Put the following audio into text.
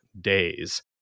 days